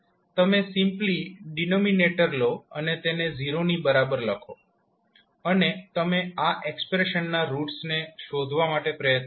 તમે simply denominator લો અને તેને 0 ની બરાબર લખો અને તમે આ એક્સપ્રેશનના રૂટ્સ ને શોધવા માટે પ્રયત્ન કરો